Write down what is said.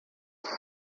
ele